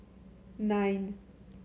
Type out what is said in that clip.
nine